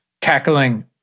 cackling